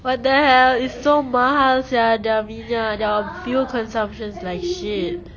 what the hell it's so mahal sia their minyak the fuel consumptions is like shit